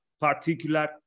particular